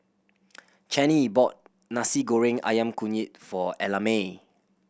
Channie bought Nasi Goreng Ayam Kunyit for Ellamae